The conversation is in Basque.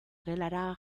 gelara